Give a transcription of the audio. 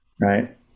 right